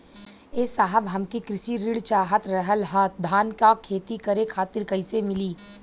ए साहब हमके कृषि ऋण चाहत रहल ह धान क खेती करे खातिर कईसे मीली?